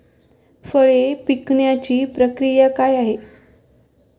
फळे पिकण्याची प्रक्रिया काय आहे?